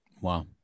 Wow